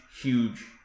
huge